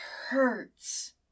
hurts